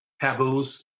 taboos